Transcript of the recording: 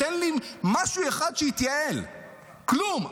תן לי משהו אחד שהתייעל, כלום.